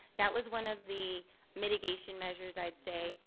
that was one of the mitigation measures, i'd say,